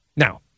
Now